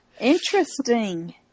Interesting